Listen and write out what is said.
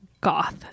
goth